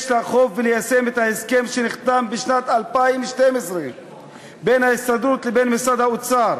יש לאכוף וליישם את ההסכם שנחתם בשנת 2012 בין ההסתדרות לבין משרד האוצר